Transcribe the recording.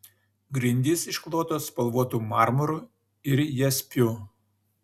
grindys išklotos spalvotu marmuru ir jaspiu